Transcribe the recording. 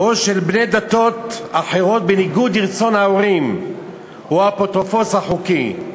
או של בני דתות אחרות בניגוד לרצון ההורים או האפוטרופוס החוקי.